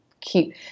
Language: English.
keep